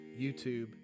YouTube